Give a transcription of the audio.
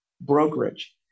brokerage